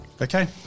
Okay